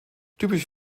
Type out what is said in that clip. typisch